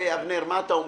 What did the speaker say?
אבנר, מה אתה אומר?